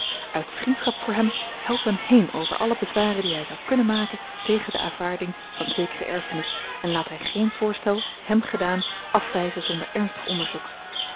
uit vriendschap voor hem help hem heen over alle bezwaren die hij zou kunnen maken tegen de aanvaarding van zekere erfenis en laat hij geen voorstel hem gedaan afwijzen zonder ernstig onderzoek